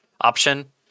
option